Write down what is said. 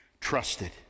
trusted